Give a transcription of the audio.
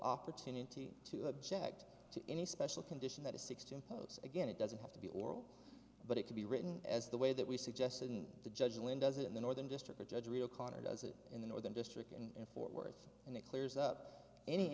opportunity to object to any special condition that a sixty impose again it doesn't have to be oral but it could be written as the way that we suggested in the judge and when does it in the northern district judge real corner does it in the northern district in fort worth and it clears up any